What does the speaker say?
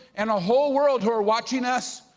and a whole world who are watching us.